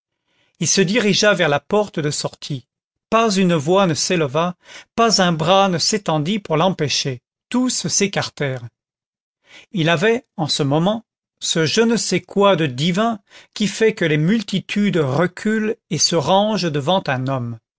il se dirigea vers la porte de sortie pas une voix ne s'éleva pas un bras ne s'étendit pour l'empêcher tous s'écartèrent il avait en ce moment ce je ne sais quoi de divin qui fait que les multitudes reculent et se rangent devant un homme